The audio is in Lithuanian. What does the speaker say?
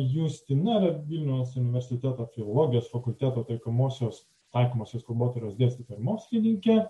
justina yra vilniaus universiteto filologijos fakulteto taikomosios taikomosios kalbotyros dėstytoja ir mokslininkė